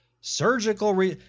surgical